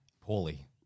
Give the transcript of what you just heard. Poorly